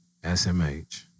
SMH